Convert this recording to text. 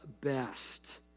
best